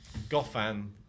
Goffan